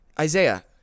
Isaiah